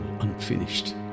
unfinished